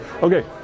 Okay